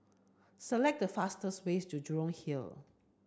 select the fastest way to Jurong Hill